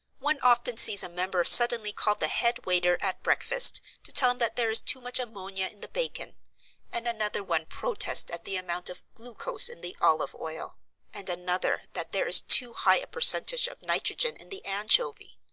one often sees a member suddenly call the head waiter at breakfast to tell him that there is too much ammonia in the bacon and another one protest at the amount of glucose in the olive oil and another that there is too high a percentage of nitrogen in the anchovy.